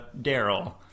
Daryl